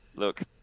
Look